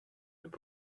même